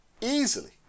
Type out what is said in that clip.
Easily